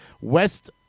west